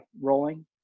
rolling